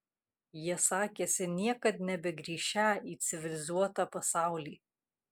jie sakėsi niekad nebegrįšią į civilizuotą pasaulį